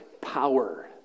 power